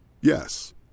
Yes